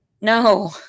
No